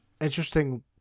interesting